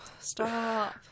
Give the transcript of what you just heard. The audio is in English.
Stop